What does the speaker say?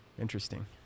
interesting